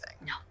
No